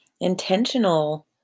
intentional